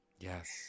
Yes